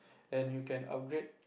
and you can upgrade